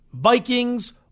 Vikings